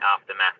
aftermath